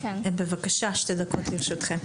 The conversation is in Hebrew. בבקשה, שתי דקות לרשותכם.